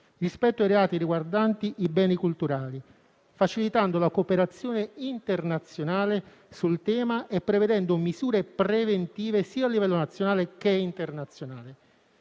rispetto ai reati riguardanti i beni culturali, facilitando la cooperazione internazionale sul tema e prevedendo misure preventive a livello nazionale e internazionale.